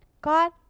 God